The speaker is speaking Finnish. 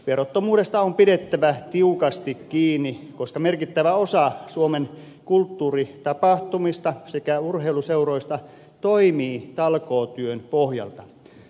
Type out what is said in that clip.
verottomuudesta on pidettävä tiukasti kiinni koska merkittävä osa suomen kulttuuritapahtumista sekä urheiluseuroista toimii talkootyön pohjalta